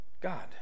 God